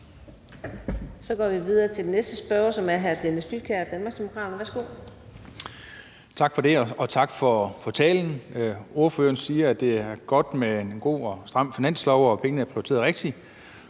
Så går vi videre til den næste spørger, som er hr. Dennis Flydtkjær, Danmarksdemokraterne. Værsgo. Kl. 13:19 Dennis Flydtkjær (DD): Tak for det, og tak for talen. Ordføreren siger, at det er godt med en god og stram finanslov, og at pengene er prioriteret rigtigt.